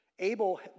Abel